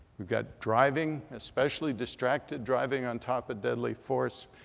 we've got driving, especially distracted driving on top of deadly force.